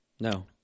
No